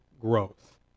growth